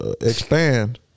expand